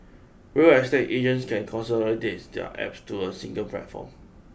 real estate agents can consolidates their apps to a single platform